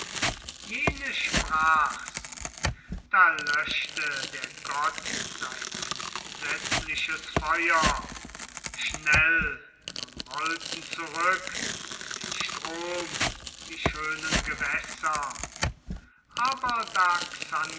jene sprach's da löschte der gott sein entsetzliches feuer schnell nun rollten zurück in den strom die schönen gewässer aber da